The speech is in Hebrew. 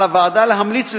על הוועדה להמליץ,